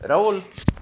Rahul